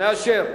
מאשר.